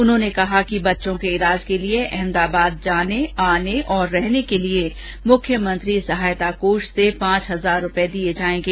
उन्होंने कहा कि बच्चे के इलाज के लिए अहमदाबाद जाने आने और रहने के लिए मुख्यमंत्री सहायता कोष सहायता कोष से पांच हजार रूपये दिये जायेंगे